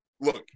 Look